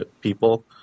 people